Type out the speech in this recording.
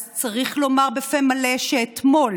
אז צריך לומר בפה מלא שאתמול